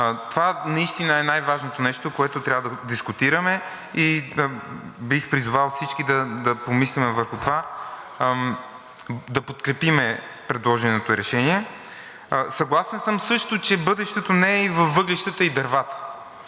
Това наистина е най-важното нещо, което трябва да дискутираме, и бих призовал всички да помислим върху това да подкрепим предложеното решение. Съгласен съм също, че бъдещето не е във въглищата и дървата.